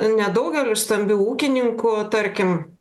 nedaugelio stambių ūkininkų tarkim